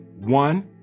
One